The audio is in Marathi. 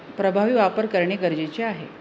प्रभावी वापर करणे गरजेचे आहे